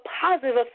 positive